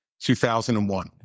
2001